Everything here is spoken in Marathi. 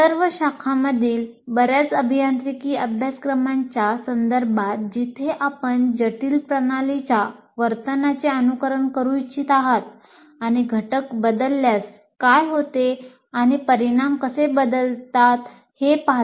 सर्व शाखांमधील बर्याच अभियांत्रिकी अभ्यासक्रमांच्या संदर्भात जिथे आपण जटिल प्रणालीच्या वर्तनाचे अनुकरण करू इच्छित आहात आणि घटक बदलल्यास काय होते आणि परिणाम कसे बदलतात हे पहाता